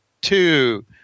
two